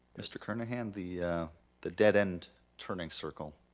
mr. kernahan, the the dead end turning circle.